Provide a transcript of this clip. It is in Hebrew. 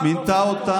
על מה?